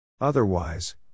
Otherwise